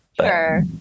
Sure